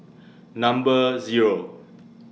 Number Zero